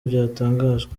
byatangajwe